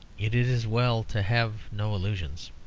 it is as well to have no illusions.